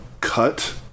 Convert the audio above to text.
cut